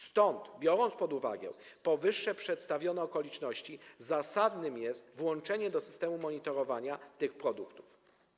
Stąd biorąc pod uwagę powyżej przedstawione okoliczności, zasadne jest włączenie do systemu monitorowania tych produktów.